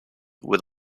with